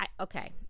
Okay